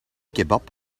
kebab